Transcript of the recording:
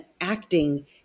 acting